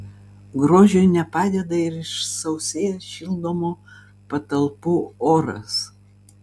grožiui nepadeda ir išsausėjęs šildomų patalpų oras